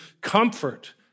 Comfort